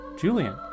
Julian